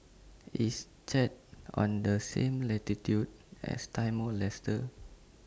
IS Chad on The same latitude as Timor Leste